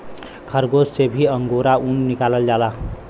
खरगोस से भी अंगोरा ऊन निकालल जाला